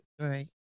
right